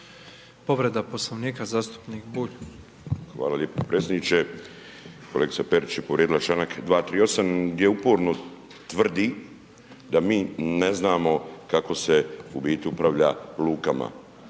Povreda Poslovnika, zastupnik Bulj. **Bulj, Miro (MOST)** Hvala lijepa potpredsjedniče. Kolega Perić je povrijedila članak 238. gdje uporno tvrdi da mi ne znamo kako se u biti upravlja lukama.